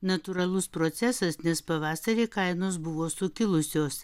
natūralus procesas nes pavasarį kainos buvo sukilusios